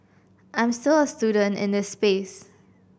I'm still a student in this space